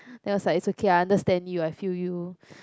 then I was like it's okay I understand you I feel you